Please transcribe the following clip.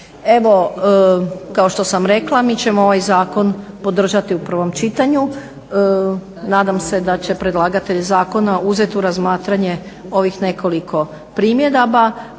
Evo kao što sam rekla mi ćemo ovaj zakon podržati u prvom čitanju. Nadam se da će predlagatelj zakona uzet u razmatranje ovih nekoliko primjedaba